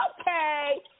Okay